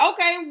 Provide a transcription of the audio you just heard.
Okay